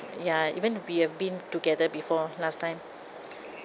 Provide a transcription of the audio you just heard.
ya even we have been together before last time